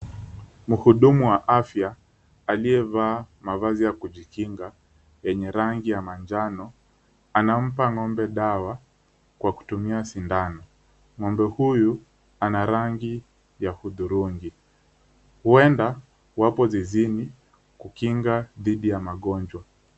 Mhudumu wa afya aliyevaa mavazi ya kujikinga yenye rangi ya manjano, anampa ng'ombe dawa kwa kutumia sindano. Ng'ombe huyu ana rangi ya hudhurungi. Huenda wapo zizini kukinga dhidi ya magonjwa.